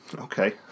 Okay